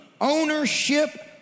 ownership